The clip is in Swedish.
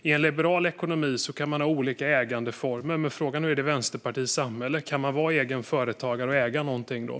I en liberal ekonomi kan man ha olika ägandeformer, men frågan är: Kan man i Vänsterpartiets samhälle äga någonting och vara egen företagare?